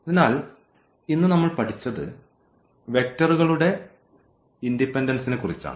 അതിനാൽ ഇന്ന് നമ്മൾ പഠിച്ചത് വെക്റ്ററുകളുടെ ഇൻഡിപെൻഡൻസിനെക്കുറിച്ചാണ്